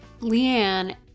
Leanne